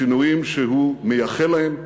שינויים שהוא מייחל להם,